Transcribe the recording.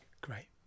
Great